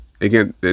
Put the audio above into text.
again